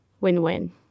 Win-win